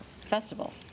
festival